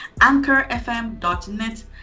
anchorfm.net